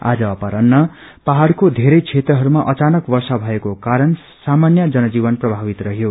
आज अपरान्ह पहाइको धेरै क्षेत्रहरूमा अचानक वर्षा भएको कारण सामान्य जनजीवन प्रभावित रहयो